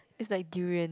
it's like durian